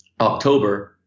October